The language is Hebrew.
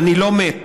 אני לא מת.